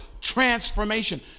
transformation